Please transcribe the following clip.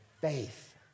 faith